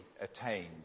attained